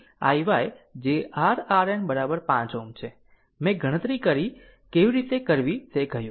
અને તેથી iy જે r RN 5 Ω છે મેં ગણતરી કેવી રીતે કરવી તે કહ્યું